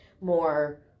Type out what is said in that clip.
more